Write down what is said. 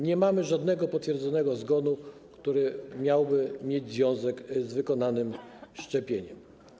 Nie mamy żadnego potwierdzonego zgonu, który miałby związek z wykonanym szczepieniem.